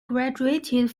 graduated